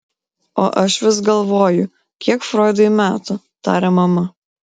o aš vis galvoju kiek froidui metų tarė mama